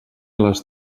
les